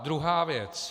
Druhá věc.